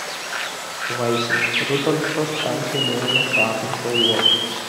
vaisiai rutuliškos tamsiai mėlynos su apnaša uogos